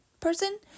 person